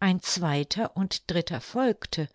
ein zweiter und dritter folgte